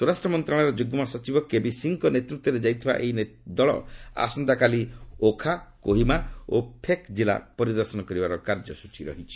ସ୍ୱରାଷ୍ଟ୍ର ମନ୍ତ୍ରଣାଳୟର ଯୁଗ୍କ ସଚିବ କେବି ସିଂଙ୍କ ନେତୃତ୍ୱରେ ଯାଇଥିବା ଏହି ନେତୃତ୍ୱ ଦଳ ଆସନ୍ତାକାଲି ଓଖା କୋହିମା ଓ ଫେକ୍ ଜିଲ୍ଲା ପରିଦର୍ଶନ କରିବାର କାର୍ଯ୍ୟସ୍ଚୀ ରହିଛି